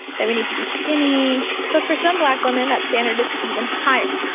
that we need to be skinny but for some black women that standard is even higher.